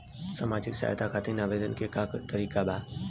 सामाजिक सहायता खातिर आवेदन के का तरीका बा?